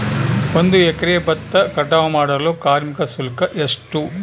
ಒಂದು ಎಕರೆ ಭತ್ತ ಕಟಾವ್ ಮಾಡಲು ಕಾರ್ಮಿಕ ಶುಲ್ಕ ಎಷ್ಟು?